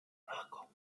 nachkommt